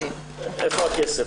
איפה הכסף.